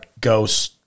ghosts